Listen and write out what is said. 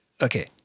okay